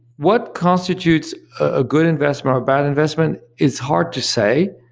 what constitutes a good investment or bad investment is hard to say,